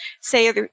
say